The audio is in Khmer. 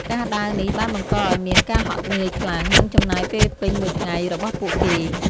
ការដើរនេះបានបង្កឱ្យមានការហត់នឿយខ្លាំង និងចំណាយពេលពេញមួយថ្ងៃរបស់ពួកគេ។